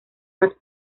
más